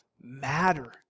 matter